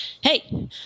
Hey